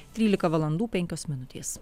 trylika valandų penkios minutės